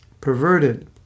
perverted